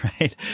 Right